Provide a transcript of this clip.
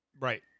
right